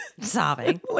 sobbing